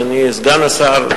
אדוני סגן השר,